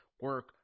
Work